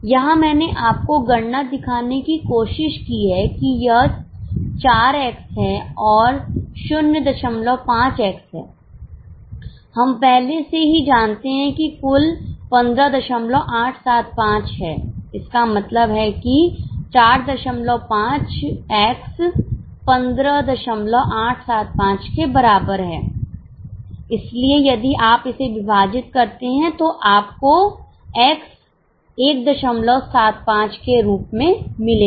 यहां मैंने आपको गणना दिखाने की कोशिश की है कि यह 4 x और 05 x है हम पहले से ही जानते हैं कि कुल 15875 है इसका मतलब है कि 45 x 15875 के बराबर है इसलिए यदि आप इसे विभाजित करते हैं तो आपको x 175 के रूप में मिलेगा